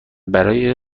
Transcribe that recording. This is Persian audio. برای